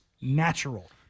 natural